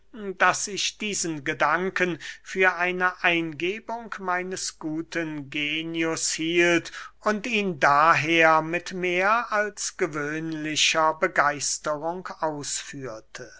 daß ich diesen gedanken für eine eingebung meines guten genius hielt und daher mit mehr als gewöhnlicher begeisterung ausführte